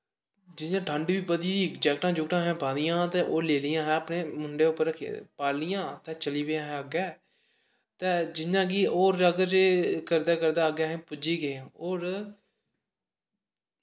जियां ठंड बी बधी जैकेटै जुकटां असें पाई दियां हां ते ओह् लेदियां हां असें अपने मूंढे पर रक्खी पाई लेइयां ते चली पे अस अग्गें ते जियां कि ओह् अगर एह् करदे करदे अग्गें अस पुज्जी गे होर